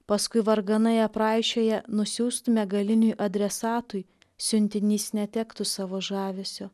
paskui varganai apraišioję nusiųstume galiniui adresatui siuntinys netektų savo žavesio